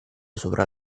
sopra